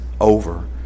over